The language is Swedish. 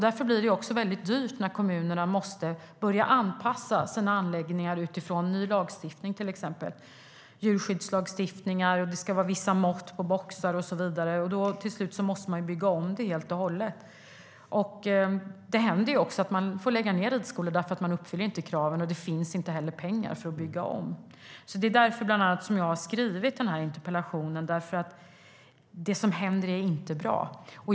Därför blir det också väldigt dyrt när kommunerna måste börja anpassa sina anläggningar utifrån till exempel ny lagstiftning som djurskyddslagstiftningar. Det ska vara vissa mått på boxar och så vidare. Till slut måste man bygga om det helt och hållet. Det händer också att man får lägga ned ridskolor därför att de inte uppfyller kraven. Det finns inte heller pengar för att bygga om. Det är bland annat därför som jag har skrivit interpellationen. Det som händer är inte bra.